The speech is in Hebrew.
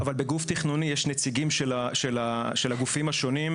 אבל בגוף תכנוני יש נציגים של הגופים השונים,